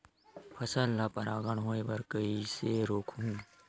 फसल ल परागण होय बर कइसे रोकहु?